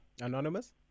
Anonymous